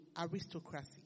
aristocracy